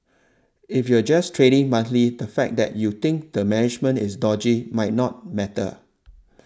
if you're just trading monthly the fact that you think the management is dodgy might not matter